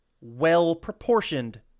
well-proportioned